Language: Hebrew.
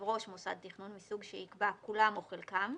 ראש מוסד תכנון מסוג שיקבע כולם או חלקם,